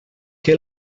què